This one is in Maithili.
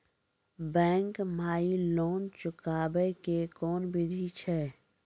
बैंक माई लोन चुकाबे के कोन बिधि छै?